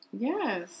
yes